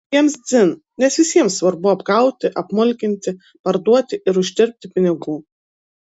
jiems dzin nes visiems svarbu apgauti apmulkinti parduoti ir uždirbti pinigų